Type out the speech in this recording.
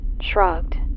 shrugged